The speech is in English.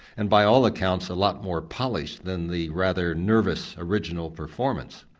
and by all accounts a lot more polished than the rather nervous original performance.